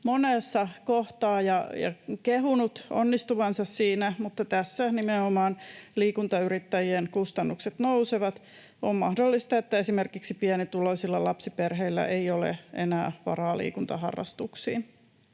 monessa kohtaa ja kehunut onnistuvansa siinä, mutta tässä nimenomaan liikuntayrittäjien kustannukset nousevat. On mahdollista, että esimerkiksi pienituloisilla lapsiperheillä ei ole enää varaa liikuntaharrastuksiin.